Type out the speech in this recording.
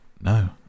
no